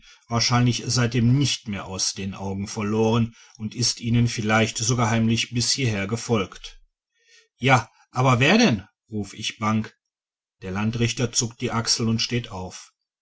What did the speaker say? wahrscheinlich seitdem nicht mehr aus den augen verloren und ist ihnen vielleicht sogar heimlich bis hierher gefolgt ja aber wer denn ruf ich bang der landrichter zuckt die achseln und steht auf